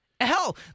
Hell